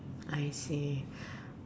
I see